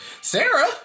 Sarah